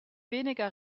weniger